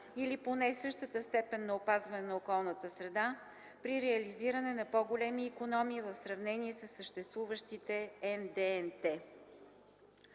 или поне същата степен на опазване на околната среда при реализиране на по-големи икономии в сравнение със съществуващите НДНТ.”;